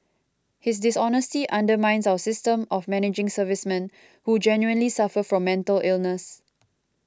his dishonesty undermines our system of managing servicemen who genuinely suffer from mental illness